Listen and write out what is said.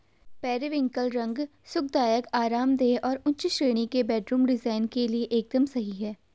periwinkle रंग सुखदायक, आरामदेह और उच्च श्रेणी के बेडरूम डिजाइन के लिए एकदम सही है